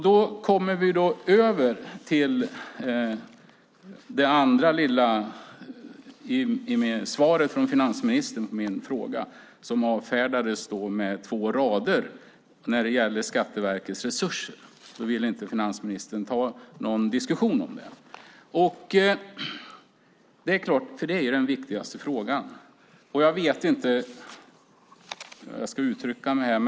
Då kommer vi över till det andra lilla i svaret från finansministern på min fråga som gäller Skatteverkets resurser. Det avfärdades med två rader. Finansministern vill inte ta någon diskussion om det trots att det är den viktigaste frågan. Jag vet inte hur jag ska uttrycka mig här.